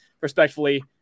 respectfully